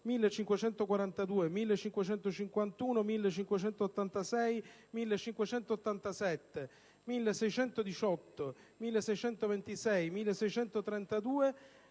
1542, 1551, 1586, 1587, 1618, 1626, 1632,